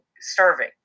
serving